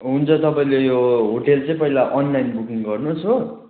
हुन्छ तपाईँले यो होटेल चाहिँ पहिला अनलाइन बुकिङ गर्नुहोस् हो